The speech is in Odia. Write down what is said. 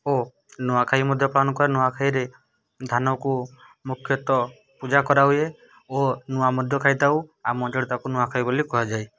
ଓ ନୂଆଖାଇ ମଧ୍ୟ ପାଳନ କର ନୂଆଖାଇରେ ଧାନକୁ ମୁଖ୍ୟତଃ ପୂଜା କରାହୁଏ ଓ ନୂଆ ମଧ୍ୟ ଖାଇଥାଉ ଆମ ଅଞ୍ଚଳରେ ତାକୁ ନୂଆଖାଇ ବୋଲି କୁହାଯାଏ